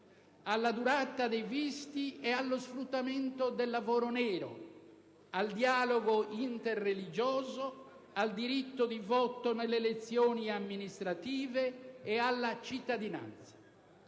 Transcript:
alla durata dei visti e allo sfruttamento del lavoro nero, al dialogo interreligioso, al diritto di voto nelle elezioni amministrative e alla cittadinanza.